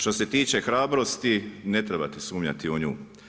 Što se tiče hrabrosti, ne trebate sumnjati u nju.